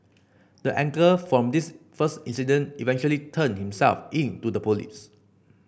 the angler from this first incident eventually turned himself in to the police